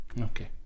Okay